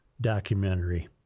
documentary